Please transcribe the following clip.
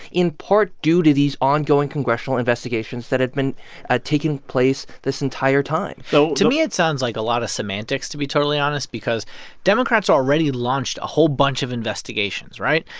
in part due to these ongoing congressional investigations that had been taking place this entire time so. to me, it sounds like a lot of semantics, to be totally honest, because democrats already launched a whole bunch of investigations, right?